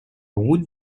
route